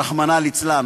רחמנא ליצלן.